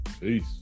Peace